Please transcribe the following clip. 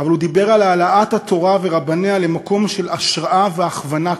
אבל הוא דיבר על העלאת התורה ורבניה למקום של השראה והכוונה כללית.